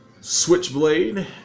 Switchblade